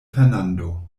fernando